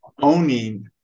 owning